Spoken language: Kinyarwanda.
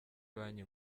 banki